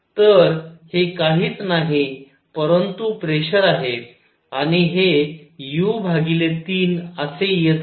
तर हे काहीच नाही परंतु प्रेशर आहे आणि हे u 3 असे येत आहे